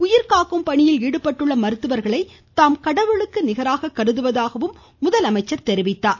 உயிர்காக்கும் பணியில் ஈடுபட்டுள்ள மருத்துவர்களை தாம் கடவுளுக்கு நிகராக கருதுவதாகவும் அவர் கூறியுள்ளார்